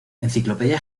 enciclopedia